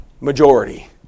majority